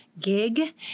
gig